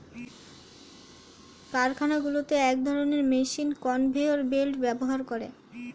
কারখানাগুলোতে এক ধরণের মেশিন কনভেয়র বেল্ট ব্যবহার করে